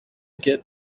get